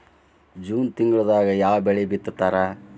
June ತಿಂಗಳದಾಗ ಯಾವ ಬೆಳಿ ಬಿತ್ತತಾರ?